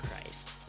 Christ